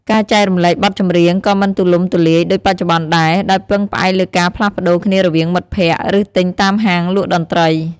ការចែករំលែកបទចម្រៀងក៏មិនទូលំទូលាយដូចបច្ចុប្បន្នដែរ ដោយពឹងផ្អែកលើការផ្លាស់ប្តូរគ្នារវាងមិត្តភក្តិ ឬទិញតាមហាងលក់តន្ត្រី។